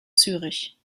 zürich